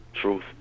Truth